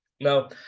now